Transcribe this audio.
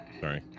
Sorry